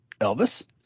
Elvis